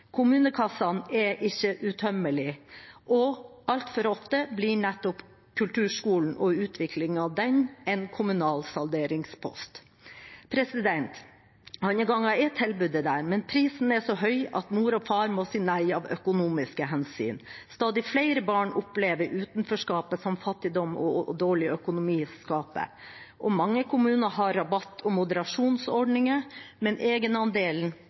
Kommunekassene er ikke utømmelige, og altfor ofte blir nettopp kulturskolen og utvikling av den en kommunal salderingspost. Andre ganger er tilbudet der, men prisen er så høy at mor og far må si nei av økonomiske hensyn. Stadig flere barn opplever utenforskapet som fattigdom og dårlig økonomi skaper. Mange kommuner har rabatt- og moderasjonsordninger, men